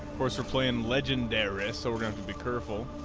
coarser plan legendary a soaring to be careful